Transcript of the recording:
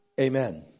Amen